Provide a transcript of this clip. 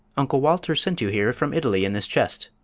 uncle walter sent you here from italy in this chest.